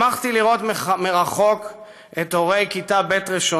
שמחתי לראות מרחוק את הורי כיתה ב'1